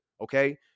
Okay